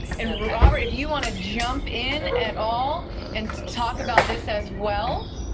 and but robert if you want to jump in at all and talk about this as well.